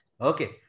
okay